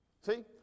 See